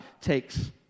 takes